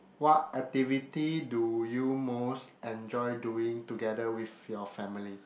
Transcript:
what activity do you most enjoy doing together with your family